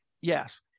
Yes